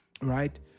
right